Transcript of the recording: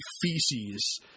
feces